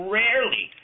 rarely